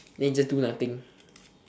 then he just do nothing